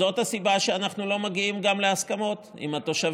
זאת גם הסיבה שאנחנו לא מגיעים להסכמות עם התושבים